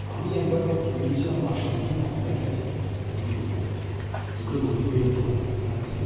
আমি একবার ঘুরতে গিয়েছিলাম বাসন্তী নামক একটা জায়গাতে নদীর ওপারে দুটো নদী পেরোতে হয় এখান থেকে